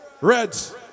Reds